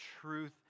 truth